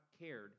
cared